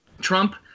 Trump